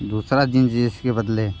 दूसरा जींस दीजिए इसके बदले